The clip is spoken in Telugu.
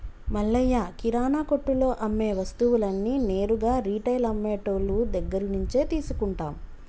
మల్లయ్య కిరానా కొట్టులో అమ్మే వస్తువులన్నీ నేరుగా రిటైల్ అమ్మె టోళ్ళు దగ్గరినుంచే తీసుకుంటాం